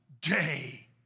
day